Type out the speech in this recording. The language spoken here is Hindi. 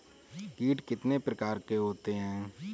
कीट कितने प्रकार के होते हैं?